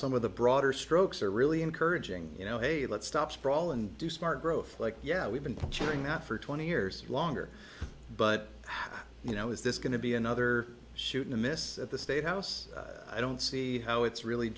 some of the broader strokes are really encouraging you know hey let's stop sprawl and do smart growth like yeah we've been pushing that for twenty years longer but you know is this going to be another shooting a miss at the state house i don't see how it's really